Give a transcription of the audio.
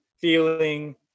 feeling